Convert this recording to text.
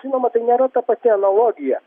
žinoma tai nėra ta pati analogija